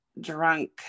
drunk